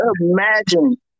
imagine